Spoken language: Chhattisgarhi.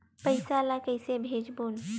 पईसा ला कइसे भेजबोन?